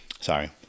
sorry